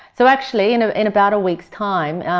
so actually in ah in about a week's time,